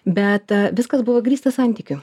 bet viskas buvo grįsta santykiu